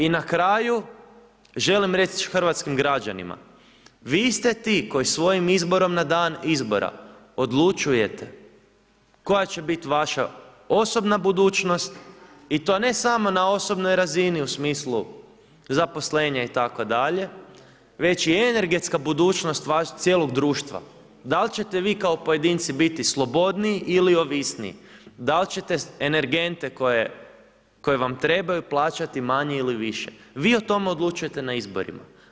I na kraju želim reći hrvatskim građanima, vi ste ti koji svojim izborom na dan izbora odlučujete koja će biti vaša osobna budućnost i to ne samo na osobnoj razini u smislu zaposlenja itd., već i energetska budućnost cijelog društva, dal' ćete vi kao pojedinci biti slobodniji ili ovisniji, dal' ćete energente koji vam trebaju plaćati manje ili više, vi o tome odlučujete na izborima.